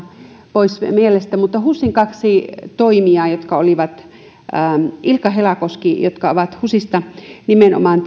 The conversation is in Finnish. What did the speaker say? pois mielestä mutta husin kaksi toimijaa ilkka helanterä jotka ovat husista nimenomaan